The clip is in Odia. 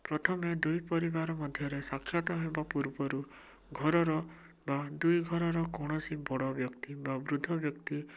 ପ୍ରଥମେ ଦୁଇପରିବାର ମଧ୍ୟରେ ସାକ୍ଷାତ ହେବା ପୂର୍ବରୁ ଘରର ବା ଦୁଇ ଘରର କୌଣସି ବଡ଼ ବ୍ୟକ୍ତି ବା ବୃଦ୍ଧ ବ୍ୟକ୍ତି